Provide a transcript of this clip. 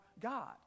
God